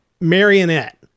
marionette